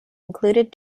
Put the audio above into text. included